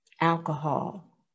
alcohol